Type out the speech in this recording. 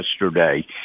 yesterday